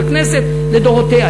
בכנסת לדורותיה.